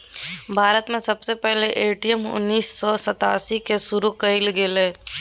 भारत में सबसे पहले ए.टी.एम उन्नीस सौ सतासी के शुरू कइल गेलय